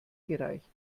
gereicht